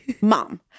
mom